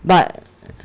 but